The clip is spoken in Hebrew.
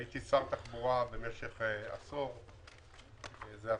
הייתי שר תחבורה במשך עשור שבו